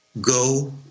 go